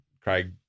Craig